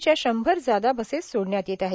च्या शंभर जादा बसेस सोडण्यात येत आहेत